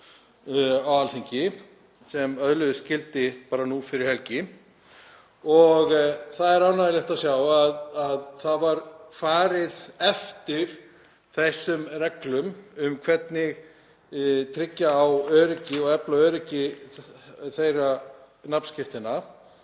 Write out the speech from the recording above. á Alþingi sem öðluðust gildi bara nú fyrir helgi. Það er ánægjulegt að sjá að það var farið eftir þessum reglum um hvernig tryggja ætti öryggi og efla öryggi þeirra nafnskírteina